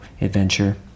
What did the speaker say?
adventure